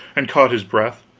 and caught his breath,